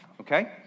Okay